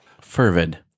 Fervid